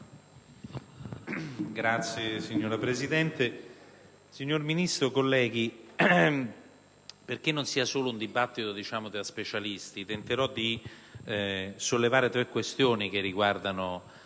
*(PD)*. Signora Presidente, signor Ministro, colleghi, affinché non sia solo un dibattito tra specialisti tenterò di sollevare tre questioni che riguardano